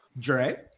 Dre